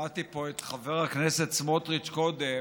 שמעתי פה את חבר הכנסת סמוטריץ קודם